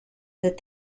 that